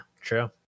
true